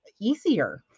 easier